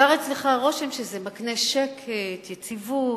נוצר אצלך רושם שזה מקנה שקט ויציבות,